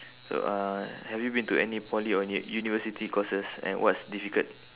so uh have you been to any poly or u~ university courses and what's difficult